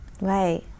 Right